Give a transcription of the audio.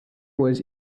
was